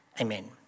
amen